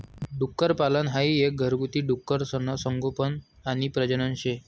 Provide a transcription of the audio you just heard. डुक्करपालन हाई एक घरगुती डुकरसनं संगोपन आणि प्रजनन शे